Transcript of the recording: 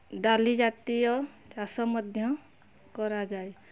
ଡାଲିଜାତୀୟ ଚାଷ ମଧ୍ୟ କରାଯାଏ